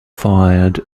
fired